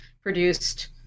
produced